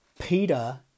Peter